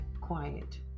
quiet